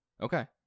Okay